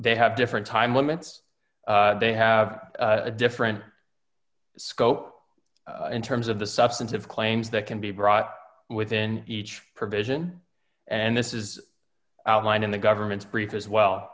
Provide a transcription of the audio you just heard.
they have different time limits they have a different scope in terms of the substantive claims that can be brought within each provision and this is outlined in the government's brief as well